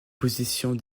positions